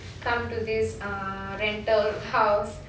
come to this ah rental house